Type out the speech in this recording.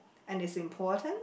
and is important